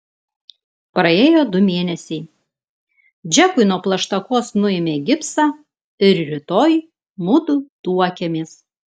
praėjo du mėnesiai džekui nuo plaštakos nuėmė gipsą ir rytoj mudu tuokiamės